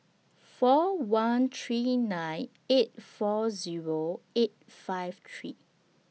four one three nine eight four Zero eight five three